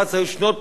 פרוספריטי.